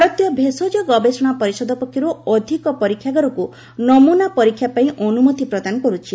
ଭାରତୀୟ ଭେଷଜ ଗବେଷଣା ପରିଷଦ ଅଧିକରୁ ଅଧିକ ପରୀକ୍ଷାଗାରକୁ ନମ୍ନନା ପରୀକ୍ଷାପାଇଁ ଅନୁମତି ପ୍ରଦାନ କରୁଛି